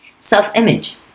self-image